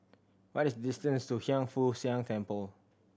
what is the distance to Hiang Foo Siang Temple